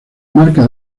marca